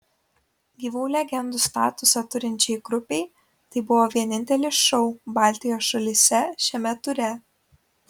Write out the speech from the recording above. gyvų legendų statusą turinčiai grupei tai buvo vienintelis šou baltijos šalyse šiame ture